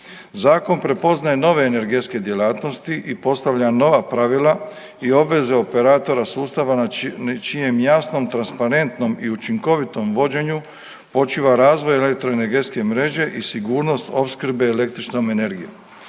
Zakon prepoznaje nove energetske djelatnosti i postavlja nova pravila i obveze operatora sustava na čijem jasnom, transparentnom i učinkovitom vođenju počiva razvoj elektroenergetske mreže i sigurnost opskrbe električnom energijom.